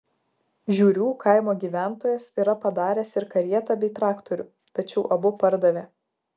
žiurių kaimo gyventojas yra padaręs ir karietą bei traktorių tačiau abu pardavė